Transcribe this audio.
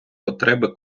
потреби